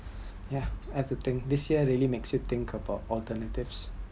ya have to think this year really make you think about alternative